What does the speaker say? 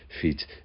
feet